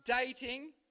dating